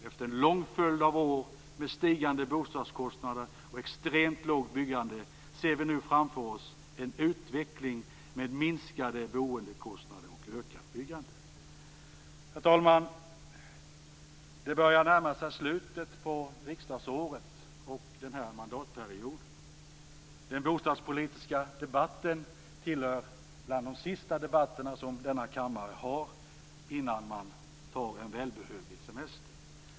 Efter en lång följd av år med stigande bostadskostnader och extremt lågt byggande ser vi nu framför oss en utveckling med minskade boendekostnader och ökat byggande. Herr talman! Det börjar närma sig slutet på riksdagsåret och den här mandatperioden. Den bostadspolitiska debatten är bland de sista debatter som denna kammare har innan man tar en välbehövlig semester.